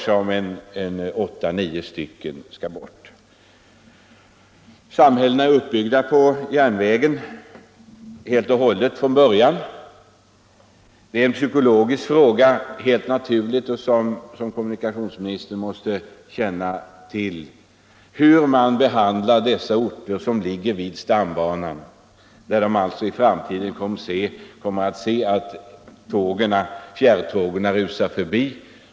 Samhällena vid stambanan är från början grundade helt på järnvägstrafiken, och det är naturligtvis en psykologisk fråga - som kommunikationsministern måste känna till — hur man behandlar människorna i dessa samhällen när de i framtiden kommer att få se fjärrtågen rusa förbi.